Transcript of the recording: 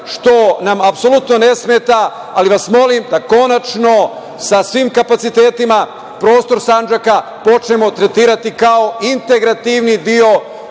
što nam apsolutno ne smeta, ali vas molim da konačno sa svim kapacitetima, prostor Sandžaka počnemo tretirati kao integrativni deo